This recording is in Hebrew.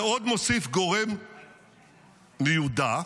ועוד מוסיף גורם מיודע: